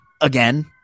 again